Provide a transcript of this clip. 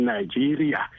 Nigeria